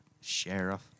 Sheriff